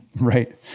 right